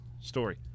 story